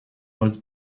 old